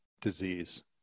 disease